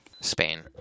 spain